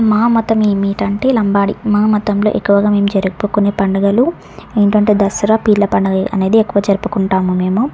మా మతం ఏమిటంటే లంబాడి మా మతంలో ఎక్కువగా మేము జరుపుకునే పండుగలు ఏంటంటే దసరా పీర్ల పండగ అనేది ఎక్కువ జరుపుకుంటాము మేము